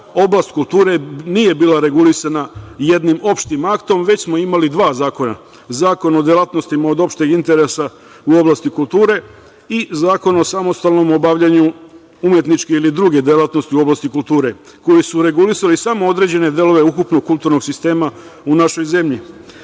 oblast kulture nije bila regulisana jednim opštim aktom, već smo imali dva zakona – Zakon o delatnostima od opšteg interesa u oblasti kulture i Zakon o samostalnom obavljanju umetničke ili druge delatnosti u oblasti kulture, koji su regulisali samo određene delove ukupnog kulturnog sistema u našoj zemlji. Nakon